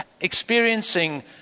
experiencing